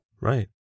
Right